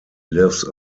lives